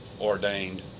ordained